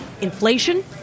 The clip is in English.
Inflation